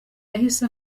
yahise